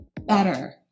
better